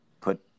Put